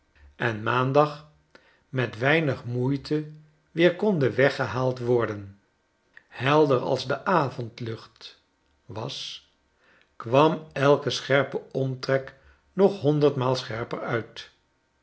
en maandag met weinig moeite weer konden weggehaald worden helder als de avondlucht was kwam elke scherpe omtrek nog honderdmaal scherper uit